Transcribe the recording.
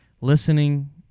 listening